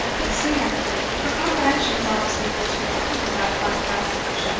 you see, nephew, her comprehension is almost equal to your own of that fine passage.